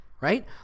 right